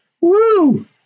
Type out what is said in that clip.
woo